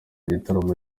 gitaramo